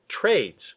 trades